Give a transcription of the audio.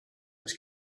was